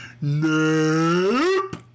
Nope